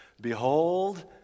Behold